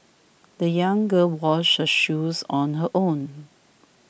the young girl washed her shoes on her own